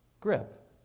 grip